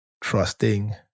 trusting